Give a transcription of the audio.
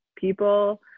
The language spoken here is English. people